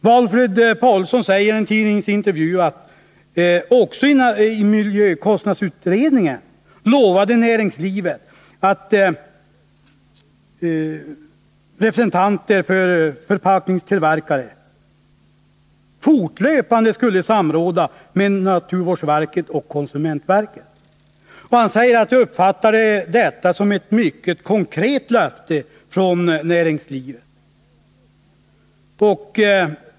Valfrid Paulsson säger i en tidningsintervju att också miljökostnadsutredningen lovat näringslivet att representanter för förpackningstillverkare fortlöpande skulle samråda med naturvårdsverket och konsumentverket. Han säger att han uppfattade detta som ett mycket konkret löfte från näringslivets sida.